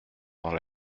dans